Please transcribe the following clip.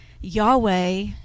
Yahweh